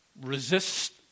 Resist